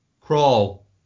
Crawl